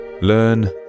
learn